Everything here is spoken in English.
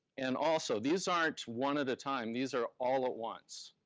and also, these aren't one at a time, these are all at once.